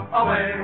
away